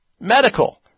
Medical